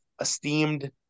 esteemed